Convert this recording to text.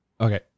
Okay